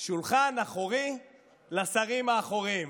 שולחן אחורי לשרים האחוריים.